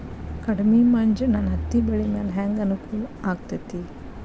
ಕಡಮಿ ಮಂಜ್ ನನ್ ಹತ್ತಿಬೆಳಿ ಮ್ಯಾಲೆ ಹೆಂಗ್ ಅನಾನುಕೂಲ ಆಗ್ತೆತಿ?